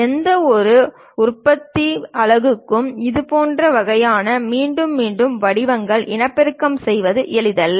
எந்தவொரு உற்பத்தி அலகுக்கும் இதுபோன்ற வகையான மீண்டும் மீண்டும் வடிவங்களை இனப்பெருக்கம் செய்வது எளிதல்ல